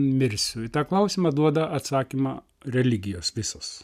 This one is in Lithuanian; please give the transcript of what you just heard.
mirsiu į tą klausimą duoda atsakymą religijos visos